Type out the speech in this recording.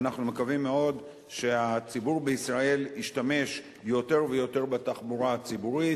ואנחנו מקווים מאוד שהציבור בישראל ישתמש יותר ויותר בתחבורה הציבורית.